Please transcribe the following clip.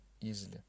easily